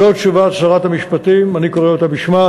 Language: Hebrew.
זאת תשובת שרת המשפטים, אני קורא אותה בשמה.